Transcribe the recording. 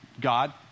God